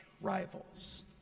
rivals